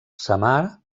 samar